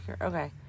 okay